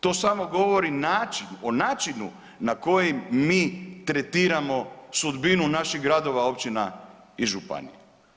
To samo govori o načinu na koji mi tretiramo sudbinu naših gradova, općina i županija.